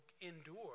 endure